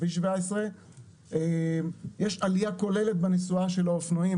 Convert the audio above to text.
פי 17. יש עלייה כוללת בנסועה של האופנועים.